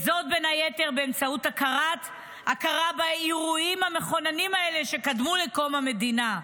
זאת בין היתר באמצעות הכרה באירועים המכוננים האלה שקדמו לקום המדינה,